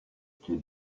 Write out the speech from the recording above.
acheter